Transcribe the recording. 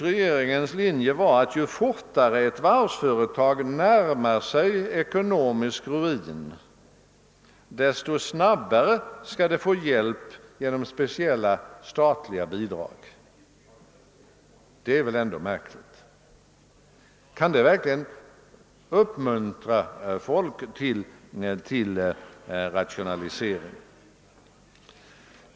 Regeringens linje tycks vara att ju fortare ett varvsföretag närmar sig ekonomisk ruin, desto snabbare skall det få hjälp genom speciella statliga bidrag. Det är väl ändå märkligt! Kan det verkligen uppmuntra människor till att göra rationaliseringar?